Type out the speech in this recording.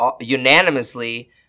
unanimously